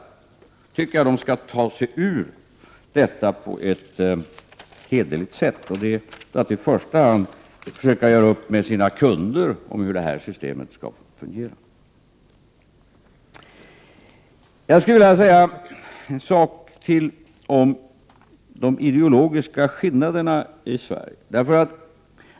Därför tycker jag att de skall ta sig ur detta på ett hederligt sätt, och det är att i första hand göra upp med sina kunder om hur det här systemet skall fungera. Jag skulle vilja säga ytterligare en sak om de ideologiska skillnaderna i Sverige.